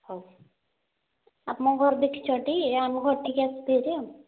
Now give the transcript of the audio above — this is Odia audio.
ହେଉ ଆମ ଘର ଦେଖିଛ ଟି ଆମ ଘରଠି ଆସିବେ ହେରି ଆଉ